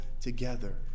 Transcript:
together